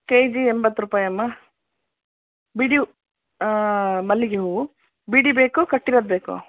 K G ಎಂಬತ್ತು ರೂಪಾಯಿಯಮ್ಮ ಬಿಡಿ ಮಲ್ಲಿಗೆ ಹೂವು ಬಿಡಿ ಬೇಕೋ ಕಟ್ಟಿರೋದು ಬೇಕೋ